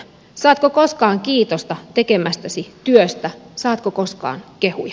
saatko koskaan kiitosta tekemästäsi työstä saatko koskaan kehuja